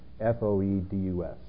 F-O-E-D-U-S